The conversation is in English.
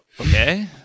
okay